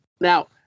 Now